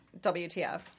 WTF